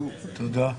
תודה.